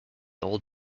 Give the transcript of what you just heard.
old